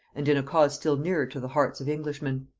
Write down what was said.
and in a cause still nearer to the hearts of englishmen.